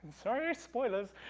sorry, spoilers,